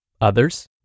others